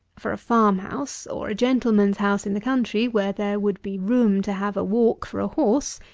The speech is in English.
for a farm-house, or a gentleman's house in the country, where there would be room to have a walk for a horse,